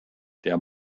der